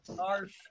arf